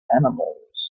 animals